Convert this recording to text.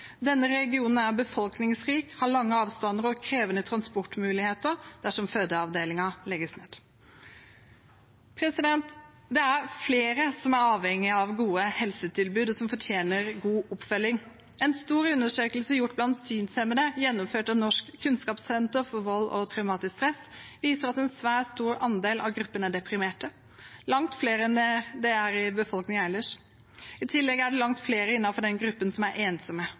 Denne regionen er folkerik, har lange avstander og krevende transportmuligheter dersom fødeavdelingen legges ned. Det er flere som er avhengig av gode helsetilbud, og som fortjener god oppfølging. En stor undersøkelse gjort blant synshemmede, gjennomført av Nasjonalt kunnskapssenter om vold og traumatisk stress, viser at en svært stor andel av gruppen er deprimert, langt flere enn det er i befolkningen ellers. I tillegg er det langt flere innenfor den gruppen som er ensomme.